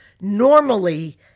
normally